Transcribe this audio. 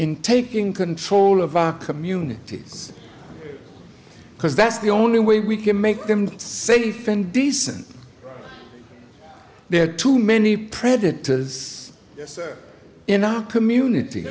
in taking control of our communities because that's the only way we can make them safe and decent there are too many predators in our community